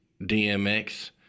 dmx